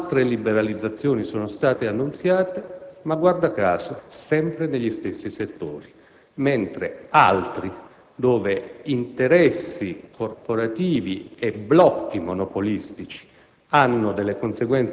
sospetti. Altre liberalizzazioni sono state annunziate, ma, guarda caso, sempre negli stessi settori; altri comparti, dove interessi corporativi e blocchi monopolistici